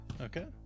okay